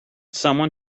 someone